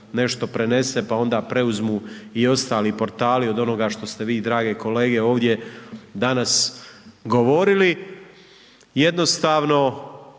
nešto prenese pa onda preuzmu i preostali portali od onoga što ste vi drage kolege ovdje danas govorili. Jednostavno